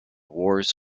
wars